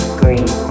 green